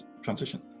transition